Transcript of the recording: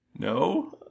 No